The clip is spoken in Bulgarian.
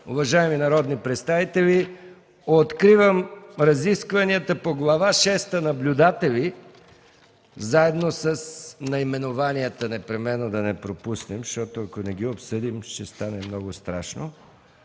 Уважаеми народни представители, откривам разискванията по Глава шеста „Наблюдатели”, заедно с наименованията непременно да не пропуснем, защото, ако не ги обсъдим, ще стане много страшно,